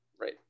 Right